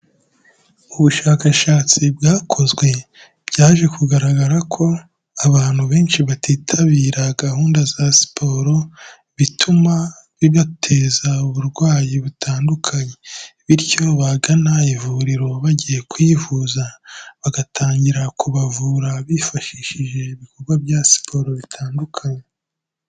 Ubushakashatsi bwakozwe byaje kugaragara ko abantu benshi batitabira gahunda za siporo, bituma bigateza uburwayi butandukanye, bityo bagana ivuriro bagiye kwivuza bagatangira kubavura bifashishije ibikorwa bya siporo bitandukanye.